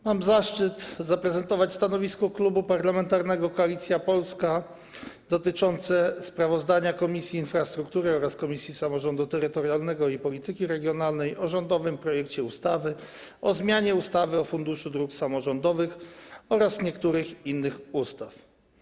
Mam zaszczyt zaprezentować stanowisko Klubu Parlamentarnego Koalicja Polska dotyczące sprawozdania Komisji Infrastruktury oraz Komisji Samorządu Terytorialnego i Polityki Regionalnej o rządowym projekcie ustawy o zmianie ustawy o Funduszu Dróg Samorządowych oraz niektórych innych ustaw.